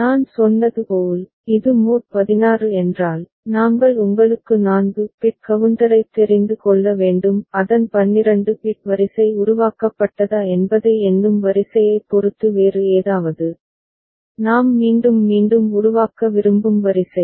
நான் சொன்னது போல் இது மோட் 16 என்றால் நாங்கள் உங்களுக்கு 4 பிட் கவுண்டரைத் தெரிந்து கொள்ள வேண்டும் அதன் 12 பிட் வரிசை உருவாக்கப்பட்டதா என்பதை எண்ணும் வரிசையைப் பொறுத்து வேறு ஏதாவது நாம் மீண்டும் மீண்டும் உருவாக்க விரும்பும் வரிசை